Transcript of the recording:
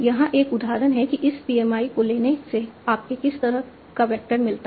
यहां 1 उदाहरण है कि इस PMI को लेने से आपको किस तरह का वेक्टर मिलता है